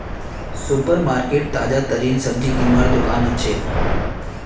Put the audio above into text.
super market ताजातरीन सब्जी किनवार दुकान हछेक